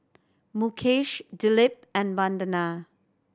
Mukesh Dilip and Vandana